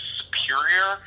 superior